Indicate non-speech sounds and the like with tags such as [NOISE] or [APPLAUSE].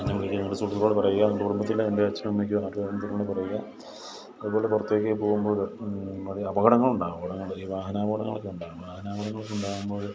നിങ്ങൾ നിങ്ങളുടെ സുഹൃത്തുക്കളോട് പറയുക എൻ്റെ കുടുംബത്തിലെ എൻ്റെ അച്ഛനോ അമ്മയ്ക്കോ [UNINTELLIGIBLE] കൂടെ പറയുക അതുപോലെ പുറത്തേക്ക് പോകുമ്പോൾ അധികം അപകടങ്ങളുണ്ടാവും ഈ വാഹനാപകടങ്ങളൊക്കെ ഉണ്ടാവും വാഹനാപകടങ്ങളൊക്കെ ഉണ്ടാവുമ്പോൾ